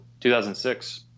2006